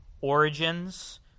origins